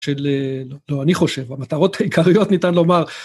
של... לא, אני חושב, המטרות העיקריות ניתן לומר...